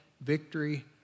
victory